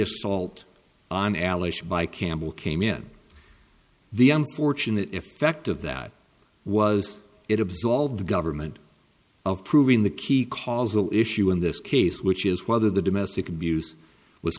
assault on alice by campbell came in the unfortunate effect of that was it absolve the government of proving the key causal issue in this case which is whether the domestic abuse w